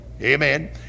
Amen